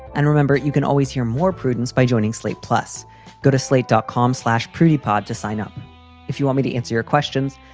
and remember, you can always hear more prudence by joining slate. plus go to slate dot com slash pretty pod to sign up if you want me to answer your questions.